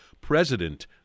President